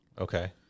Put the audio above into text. okay